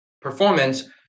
performance